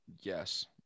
yes